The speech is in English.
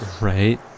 Right